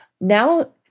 now